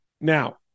Now